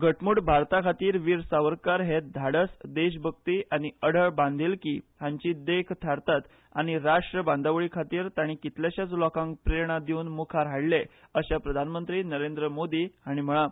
घटमूट भारता खातीर वीर सावकर हे धाडस देशभक्ती आनी अढळ बांदिलकी हांची देख थारतात आनी राष्ट्र बांदावळी खातीर तांणी कितलेशेच लोकांक प्रेरणा दिवन मुखार हाडले अशे प्रधानमंत्री नरेंद्र मोदी हांणी म्हळां